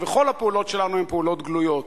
וכל הפעולות שלנו הן פעולות גלויות.